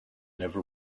never